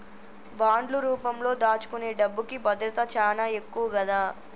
బాండ్లు రూపంలో దాచుకునే డబ్బుకి భద్రత చానా ఎక్కువ గదా